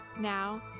Now